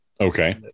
Okay